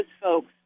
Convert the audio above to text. folks